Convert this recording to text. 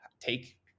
take